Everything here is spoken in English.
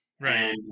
Right